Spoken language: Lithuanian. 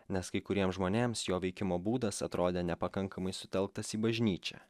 nes kai kuriem žmonėms jo veikimo būdas atrodė nepakankamai sutelktas į bažnyčią